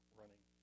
running